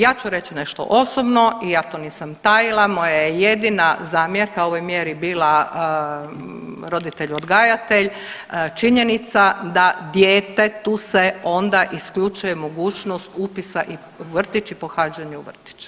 Ja ću reći nešto osobno i ja to nisam tajila, moja je jedina zamjerka ovoj mjeri bila „roditelj odgajatelj“ činjenica da dijete tu se onda isključuje mogućnost upisa u vrtić i pohađanje u vrtić.